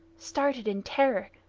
started in terror,